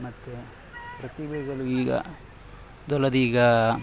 ಮತ್ತೆ ಪ್ರತಿಭೆಗಳು ಈಗ ಅದಲ್ಲದೆ ಈಗ